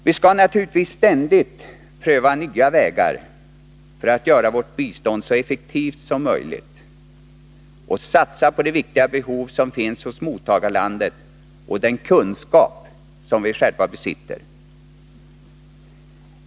Vi skall naturligtvis ständigt pröva nya vägar för att göra vårt bistånd så effektivt som möjligt och satsa på de viktiga behov som finns hos mottagarlandet och den kunskap som vi själva besitter.